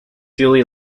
julie